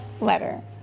letter